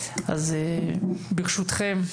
אז ברשותכם,